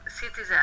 citizen